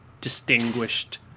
distinguished